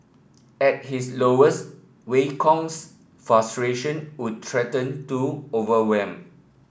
at his lowest Wei Kong's frustration would threaten to overwhelm